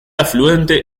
afluente